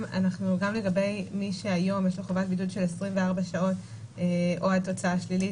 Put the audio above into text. גם לגבי מי שהיום יש לו חובת בידוד של 24 שעות או עד תוצאה שלילית,